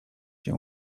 się